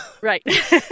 Right